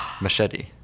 Machete